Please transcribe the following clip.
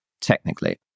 technically